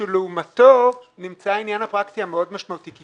שלעומתו נמצא העניין הפרקטי המאוד משמעותי.